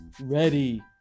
ready